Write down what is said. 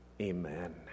Amen